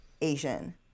Asian